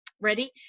Ready